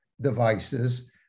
devices